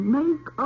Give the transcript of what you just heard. make